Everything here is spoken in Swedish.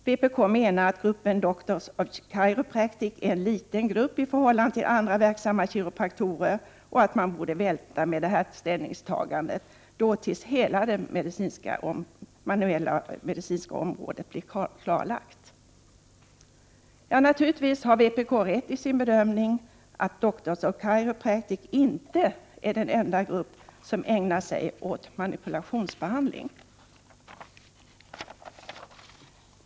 Vpk menar att gruppen Doctors of Chiropractic är en liten grupp i förhållande till andra verksamma kiropraktorer och att man borde vänta med ett ställningstagande tills hela det manuella medicinska området blir klarlagt. Vpk har rätt i att Doctors of Chiropractic inte är den enda grupp som ägnar sig åt manipulationsbehandling.